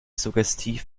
suggestiv